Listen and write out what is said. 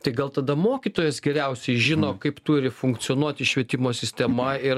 tai gal tada mokytojas geriausiai žino kaip turi funkcionuoti švietimo sistema ir